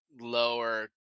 lower